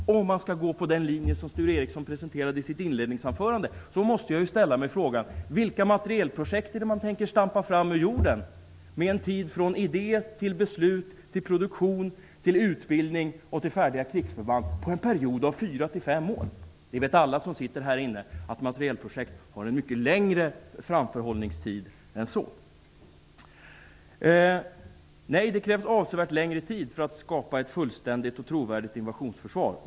Om man skall gå på den linje som Sture Ericson presenterade i sitt inledningsanförande måste jag ställa frågan: Vilka materielprojekt är det man tänker stampa fram ur jorden med allt från idéer till beslut, produktion, utbildning och färdiga krigsförband, under en period av fyra fem år? Alla i denna kammare vet att materielprojekt har en mycket längre framförhållningstid än så. Nej, det krävs avsevärt längre tid för att skapa ett fullständigt och trovärdigt invasionsförsvar.